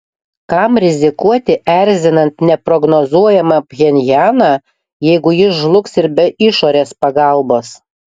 kam rizikuoti erzinant neprognozuojamą pchenjaną jeigu jis žlugs ir be išorės pagalbos